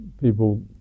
people